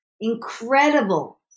incredible